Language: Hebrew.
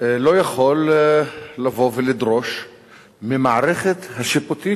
לא יכול לבוא ולדרוש ממערכת השיפוטית